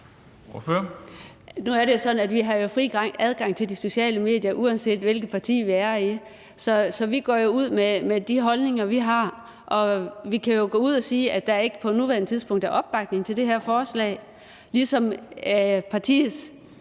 Nu er det jo sådan, at vi har fri adgang til de sociale medier, uanset hvilket parti vi er i. Så vi går jo ud med de holdninger, vi har. Og vi kan jo gå ud og sige, at der ikke på nuværende tidspunkt er opbakning til det her forslag, ligesom SF